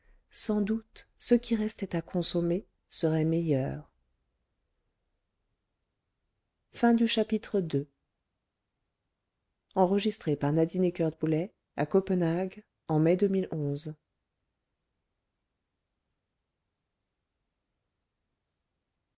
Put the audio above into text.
sans doute ce qui restait à consommer serait meilleur